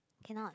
cannot